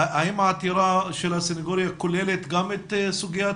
האם העתירה של הסנגוריה כוללת גם את סוגיית